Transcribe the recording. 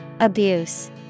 Abuse